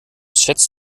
schätzt